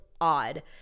odd